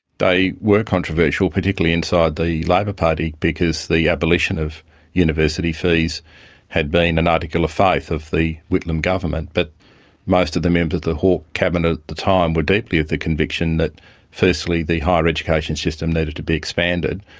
they were controversial, particularly inside the labor party, because the abolition of university fees had been an article of faith of the whitlam government. but most of the members of the hawke cabinet at the time were deeply of the conviction that firstly the higher education system needed to be expanded.